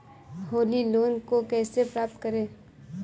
Holi loan को कैसे प्राप्त करें?